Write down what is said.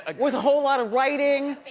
ah with a whole lot of writing.